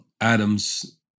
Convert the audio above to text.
Adams